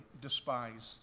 despised